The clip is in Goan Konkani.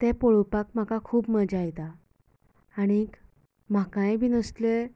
ते पळोपाक म्हाका खूब मजा येता आनीक म्हाकाय बीन असले